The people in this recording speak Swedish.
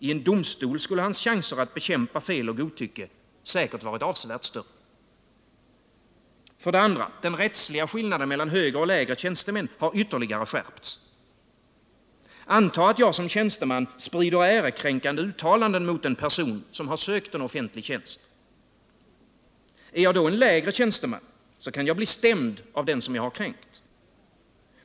I en domstol skulle deras chanser att bekämpa fel och godtycke säkert ha varit avsevärt större. Den rättsliga skillnaden mellan högre och lägre tjänstemän har ytterligare skärpts. Antag att jag som tjänsteman sprider ärekränkande uttalanden mot en person som har sökt en offentlig tjänst. Är jag då en lägre tjänsteman kan jag blistämd av den som jag kränkt.